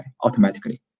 automatically